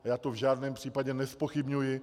Já to v žádném případě nezpochybňuji.